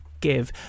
give